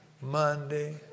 Monday